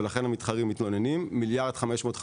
ולכן המתחרים מתלוננים: 1.55 מיליארד ₪.